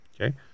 Okay